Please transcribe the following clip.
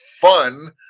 fun